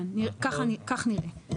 כן, כך נראה.